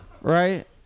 Right